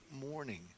morning